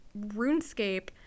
Runescape